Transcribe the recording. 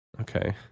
Okay